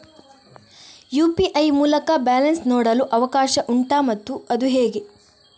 UPI ಮೂಲಕ balance ನೋಡಲು ಅವಕಾಶ ಉಂಟಾ ಮತ್ತು ಅದು ಹೇಗೆ?